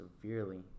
severely